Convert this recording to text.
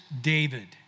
David